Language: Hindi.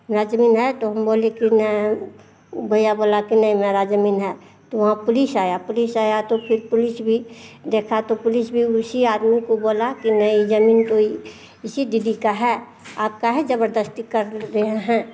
हमारा जमीन है तो हम बोले कि ना ऊ भईया बोला कि नई मेरा जमीन है तो वहाँ पुलिस आया पुलिस आया तो फिर पुलिस भी देखा तो पुलिस भी उसी आदमी को बोला कि नई जमीन तो इसी दीदी का है आप काहे जबरदस्ती कर रहे हैं